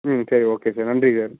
ம் சரி okay sir நன்றி சார்